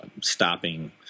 stopping